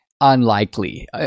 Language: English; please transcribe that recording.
unlikely